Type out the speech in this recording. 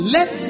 Let